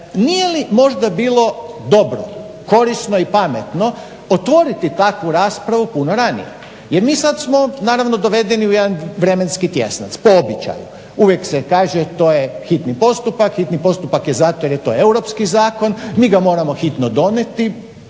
nije li možda bilo dobro, korisno i pametno otvoriti takvu raspravu puno ranije jer mi sad smo dovedeni u jedan vremenski tjesnac, po običaju. Uvijek se kaže to je hitni postupak, hitni postupak je zato jer je to europski zakon, mi ga moramo hitno donijeti.